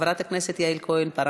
חברת הכנסת יעל כהן-פארן,